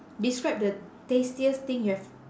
describe the tastiest thing you have